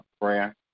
prayer